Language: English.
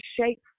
shape